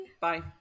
Bye